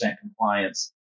compliance